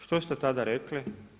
Što ste tada rekli?